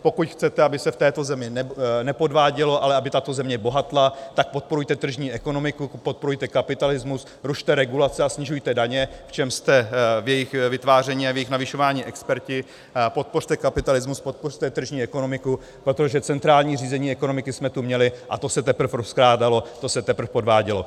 Pokud chcete, aby se v této zemi nepodvádělo, ale aby tato země bohatla, tak podporujte tržní ekonomiku, podporujte kapitalismus, rušte regulace a snižujte daně v čemž jste, v jejich vytváření a v jejich navyšování, experti podpořte kapitalismus, podpořte tržní ekonomiku, protože centrální řízení ekonomiky jsme tu měli a to se teprve rozkrádalo, to se teprve podvádělo.